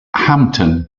hampton